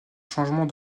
changement